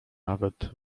nawet